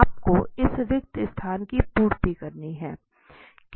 आपको इस रिक्त स्थान की पूर्ति करनी है